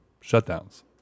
shutdowns